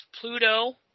Pluto